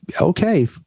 okay